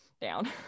down